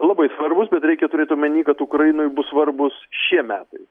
labai svarbūs bet reikia turėt omeny kad ukrainai bus svarbūs šie metai